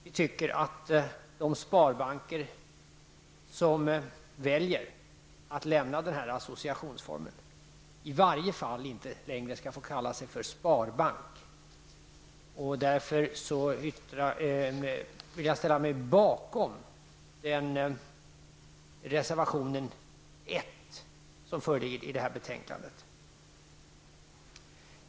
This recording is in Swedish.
Vi tycker att de sparbanker som väljer att lämna den här associationsformen inte längre skall få kalla sig för sparbanker. Därför vill jag ställa mig bakom reservation 1 i betänkandet.